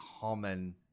common